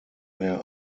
mehr